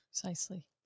Precisely